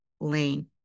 lane